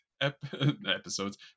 episodes